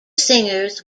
singers